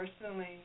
personally